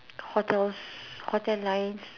hotels hotel lines